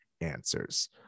answers